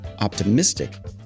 optimistic